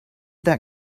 that